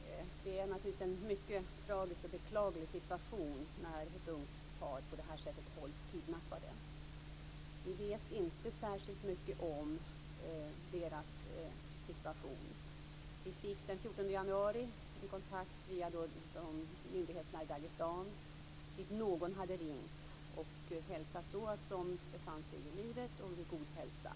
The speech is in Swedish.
Fru talman! Det är naturligtvis en mycket tragisk och beklaglig situation när ett ungt par på detta sätt hålls kidnappade. Vi vet inte särskilt mycket om deras situation. Vi fick den 14 januari en kontakt via myndigheterna i Dagestan dit någon hade ringt och hälsat att paret var i livet och vid god hälsa.